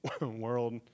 world